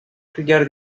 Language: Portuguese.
criar